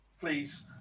please